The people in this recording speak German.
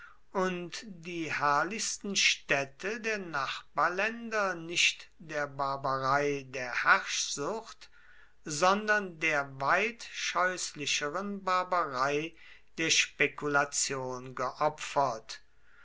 und die herrlichsten städte der nachbarländer nicht der barbarei der herrschsucht sondern der weit scheußlicheren barbarei der spekulation geopfert